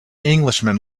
englishman